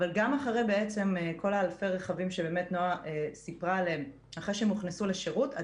אבל גם אחרי כל אלפי הרכבים שנועה סיפרה עליהם שהוכנסו לשירות,